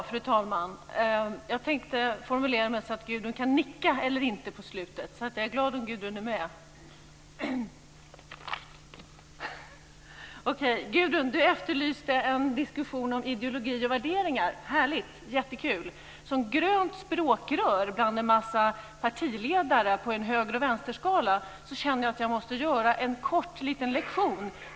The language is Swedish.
Fru talman! Jag tänkte formulera mig så att Gudrun kan nicka eller inte på slutet, så jag är glad om Gudrun är med. Gudrun efterlyste en diskussion om ideologi och värderingar. Härligt, jättekul! Som grönt språkrör bland en massa partiledare på en höger-vänster-skala känner jag att jag måste göra en kort liten lektion.